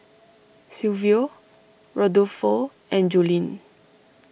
Silvio Rodolfo and Joline